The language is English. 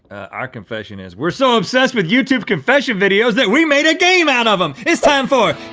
our confession is, we're so obsessed with youtube confession videos that we made a game out of em! it's time for